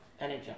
NHL